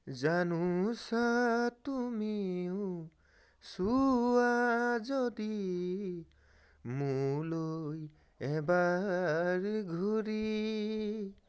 জানোছা তুমিও চোৱা যদি মোলৈ এবাৰ ঘূৰি